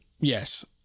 yes